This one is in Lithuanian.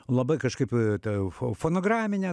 labai kažkaip ta fo fonograminė